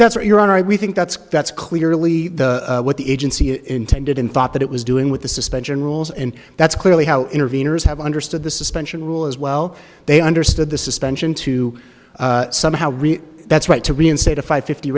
that's what you're on i we think that's that's clearly what the agency is intended in thought that it was doing with the suspension rules and that's clearly how interveners have understood the suspension rule as well they understood the suspension to somehow that's right to reinstate a five fifty